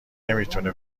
نمیتونه